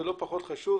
ולא פחות חשוב,